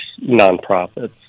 nonprofits